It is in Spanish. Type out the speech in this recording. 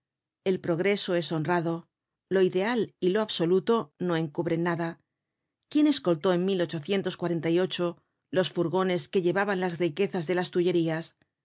el progreso es honrado lo ideal y lo absoluto no encubren nada quién escoltó en los furgones que llevaban las riquezas de las tullerías